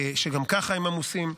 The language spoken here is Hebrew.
שגם ככה הם עמוסים,